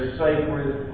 sacred